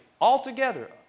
altogether